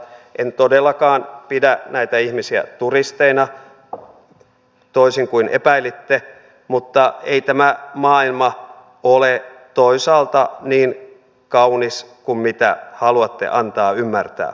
en todellakaan pidä näitä ihmisiä turisteina toisin kuin epäilitte mutta ei tämä maailma ole toisaalta niin kaunis kuin mitä haluatte antaa ymmärtää